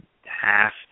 half